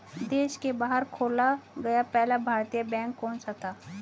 देश के बाहर खोला गया पहला भारतीय बैंक कौन सा था?